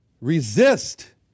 Resist